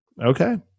Okay